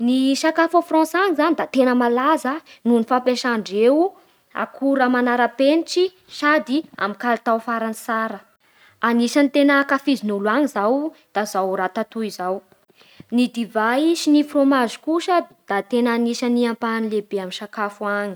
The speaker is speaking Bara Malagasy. Ny sakafo a Frantsa any zany da tena malaza noho ny fampiasandreo akora manarapenitry sady amin'ny kalitao farany tsara Anisany tena ankafizin'olo any zao da zao ratatouille zao, ny divay sy ny frômazy kosa da anisany ampahany lehibe amin'ny sakafo any